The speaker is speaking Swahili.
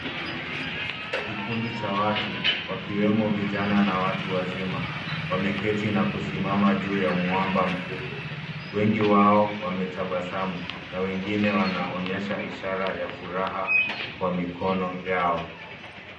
Kikundi cha watu wakiwemo vijana na watu wazima wameketi na kusimama juu ya mwamba kubwa. Wengi wao wametabasamu na wengine wanaonyesha ishara ya furaha kwa mikono yao.